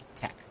tech